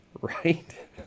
right